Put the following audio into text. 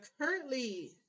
currently